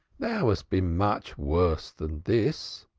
thou hast been much worse than this.